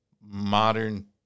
modern